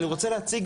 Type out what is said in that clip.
אני רוצה להציג,